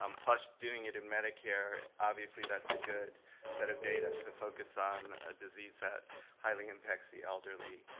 um plus doing it in medicare obviously that's a good set of data to focus on a disease that highly impacts the elderly.